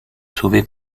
sauvée